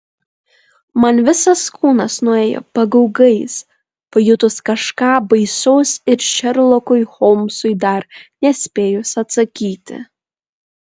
man visas kūnas nuėjo pagaugais pajutus kažką baisaus ir šerlokui holmsui dar nespėjus atsakyti